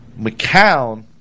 McCown